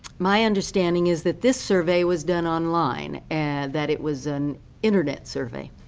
my understanding is that this survey was done online and that it was an internet survey.